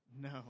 No